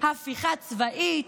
הפיכה צבאית,